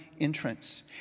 entrance